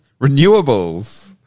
Renewables